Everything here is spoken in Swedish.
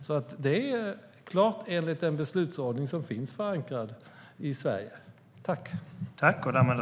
Det är helt klart i enlighet med den beslutsordning som är förankrad i Sverige.